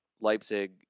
Leipzig